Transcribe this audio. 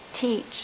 teach